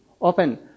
open